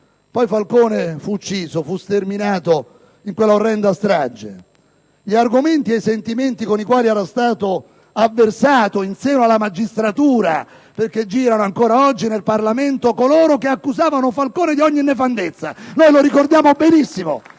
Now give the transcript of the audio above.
Poi Falcone fu ucciso, fu sterminato in quell'orrenda strage. Ricordo gli argomenti ed i sentimenti con i quali era stato avversato in seno alla magistratura, perché ancora oggi girano in Parlamento coloro che hanno accusato Falcone di ogni nefandezza: ricordiamo benissimo